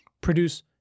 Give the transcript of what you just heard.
Produce